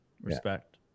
Respect